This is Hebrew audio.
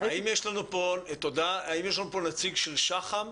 האם יש לנו פה נציג של שח"ם?